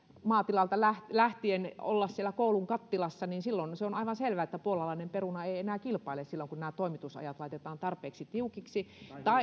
maatilalta lähtien olla siellä koulun kattilassa ja silloinhan se on aivan selvää että puolalainen peruna ei ei enää kilpaile silloin kun nämä toimitusajat laitetaan tarpeeksi tiukiksi